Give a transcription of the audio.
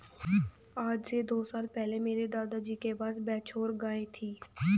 आज से दो साल पहले मेरे दादाजी के पास बछौर गाय थी